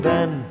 Ben